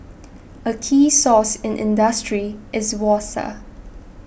a key resource in industry is water